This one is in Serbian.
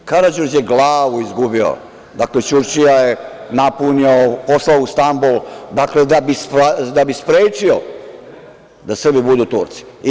Karađorđe je glavu izgubio, dakle Ćurčija je napunio, poslao u Stambol da bi sprečio da Srbi budu Turci.